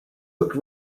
looked